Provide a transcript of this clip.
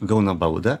gauna baudą